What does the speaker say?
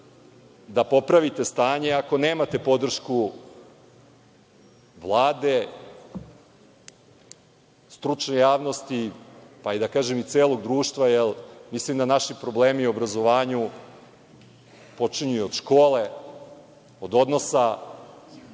da popravite stanje ako nemate podršku Vlade, stručne javnosti, pa da kažem i celog društva, jer mislim da naši problemi u obrazovanju počinju od škole, od odnosa